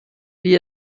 wie